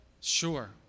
Sure